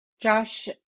Josh